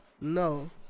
No